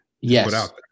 Yes